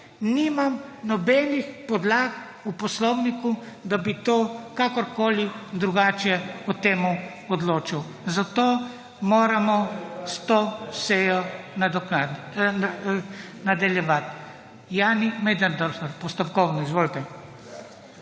nimam nobenih podlag v poslovniku, da bi to kakorkoli drugače o tem odločil. Zato moramo s to sejo nadaljevati. Jani Möderndorfer, postopkovno. Izvolite.